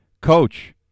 Coach